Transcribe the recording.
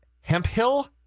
Hemphill